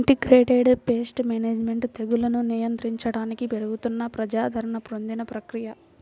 integrated pest management తెగుళ్లను నియంత్రించడానికి పెరుగుతున్న ప్రజాదరణ పొందిన ప్రక్రియ